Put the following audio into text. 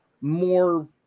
more